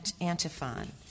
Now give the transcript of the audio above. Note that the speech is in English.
antiphon